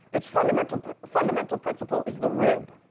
its fundamental but fundamental principle is the rib,